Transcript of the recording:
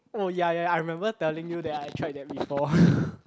oh ya ya ya I remember telling you that I tried that before